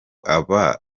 aba